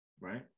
right